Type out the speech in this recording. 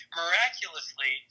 miraculously